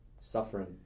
suffering